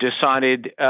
decided